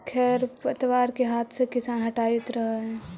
खेर पतवार के हाथ से किसान हटावित रहऽ हई